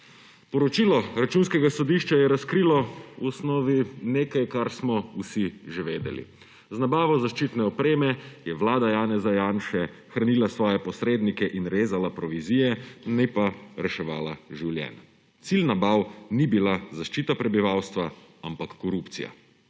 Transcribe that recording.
Poročilo Računskega sodišča je razkrilo v osnovi nekaj, kar smo vsi že vedeli. Z nabavo zaščitne opreme je vlada Janeza Janše hranila svoje posrednike in rezala provizije, ni pa reševala življenja. Cilj nabav ni bila zaščita prebivalstva, ampak korupcija.